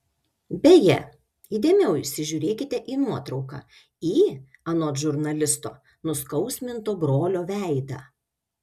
beje įdėmiau įsižiūrėkite į nuotrauką į anot žurnalisto nuskausminto brolio veidą